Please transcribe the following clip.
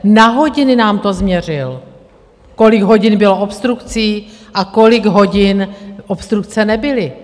Na hodiny nám to změřil, kolik hodin bylo obstrukcí a kolik hodin obstrukce nebyly.